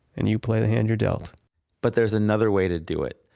and you play the hand you're dealt but there's another way to do it.